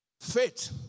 Faith